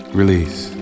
release